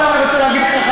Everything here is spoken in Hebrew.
אבל אני רוצה להגיד לך,